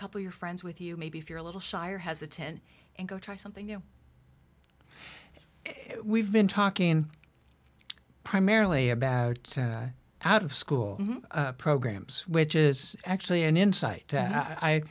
couple your friends with you maybe if you're a little shy or hesitant and go try something new we've been talking primarily about out of school programs which is actually an insight i